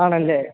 ആണല്ലേ